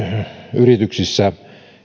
yrityksissä